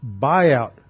buyout